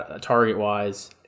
target-wise